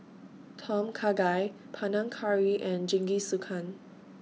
Tom Kha Gai Panang Curry and Jingisukan